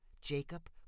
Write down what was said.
Jacob